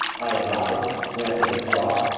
i advised, glancing at the clock.